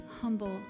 humble